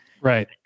right